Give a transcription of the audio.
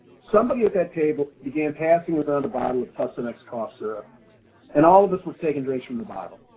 somebody at that table began passing around a bottle of tussionex cough syrup and all of us were taking drinks from the bottle.